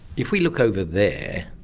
if we look over there,